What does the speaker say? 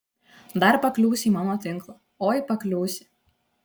dar pakliūsi į mano tinklą oi pakliūsi